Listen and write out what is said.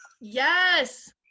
yes